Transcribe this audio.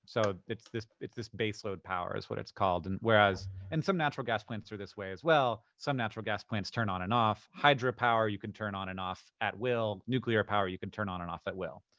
so it's this it's this base load power, is what it's called. whereas, and some natural gas plants are this way as well. some natural gas plants turn on and off. hydropower you can turn on and off at will. nuclear power you can turn on and off at will.